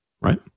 right